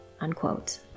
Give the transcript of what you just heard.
Unquote